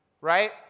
right